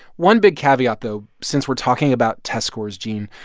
one big caveat, though, since we're talking about test scores, gene,